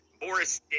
Boris